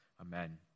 Amen